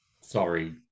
sorry